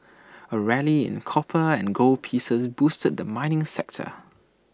A rally in copper and gold pieces boosted the mining sector